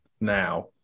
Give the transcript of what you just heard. now